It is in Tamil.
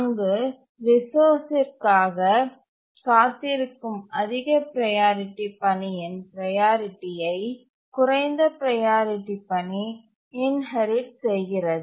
அங்கு ரிசோர்ஸ் ற்காக காத்திருக்கும் அதிக ப்ரையாரிட்டி பணியின் ப்ரையாரிட்டி யை குறைந்த ப்ரையாரிட்டி பணி இன்ஹெரிட் செய்கிறது